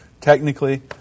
technically